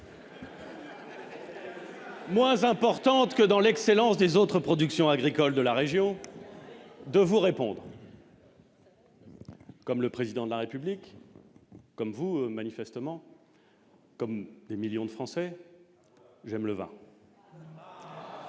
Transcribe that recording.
Moins importante que dans l'excellence des autres productions agricoles de la région de vous répondent. Comme le président de la République, comme vous, manifestement, comme des millions de Français, j'aime le vin. ça